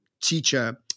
teacher